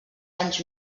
anys